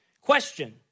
Question